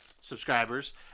subscribers